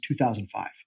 2005